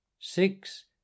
Six